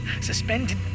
suspended